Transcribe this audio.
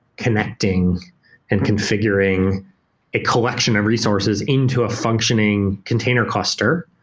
connecting and configuring a collection of resources into a functioning container cluster,